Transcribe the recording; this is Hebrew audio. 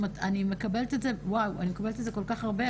אני מקבלת את זה כל כך הרבה.